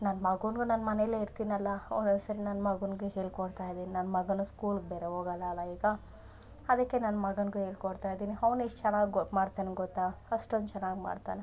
ನನ್ನ ಮಗನ್ಗು ನಾನು ಮನೇಯಲ್ಲೆ ಇರ್ತೀನಲ್ಲಾ ಒಂದೊಂದು ಸರಿ ನನ್ನ ಮಗನ್ಗೆ ಹೇಳ್ಕೊಡ್ತಾಯಿದಿನ್ ನನ್ನ ಮಗನು ಸ್ಕೂಲ್ಗೆ ಬೇರೆ ಹೋಗಲ್ಲಲ ಈಗ ಅದಕ್ಕೆ ನನ್ನ ಮಗನಿಗು ಹೇಳ್ಕೊಡ್ತಾಯಿದಿನಿ ಅವನೆಷ್ಟ್ ಚೆನ್ನಾಗ್ ಗೊ ಮಾಡ್ತಾನೆ ಗೊತ್ತಾ ಅಷ್ಟೊಂದು ಚೆನ್ನಾಗ್ ಮಾಡ್ತಾನೆ